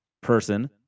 person